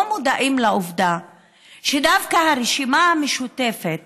לא מודעים לעובדה שדווקא הרשימה המשותפת